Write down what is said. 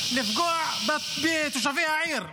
לפגוע בתושבי העיר.